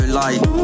light